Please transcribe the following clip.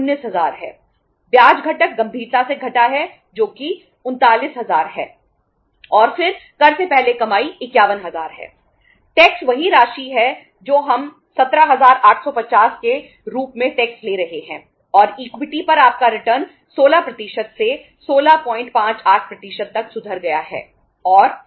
ब्याज घटक गंभीरता से घटा है जो कि 39000 है और फिर कर से पहले कमाई 51000 है